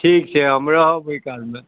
ठीक छै हम रहब ओहि कालमे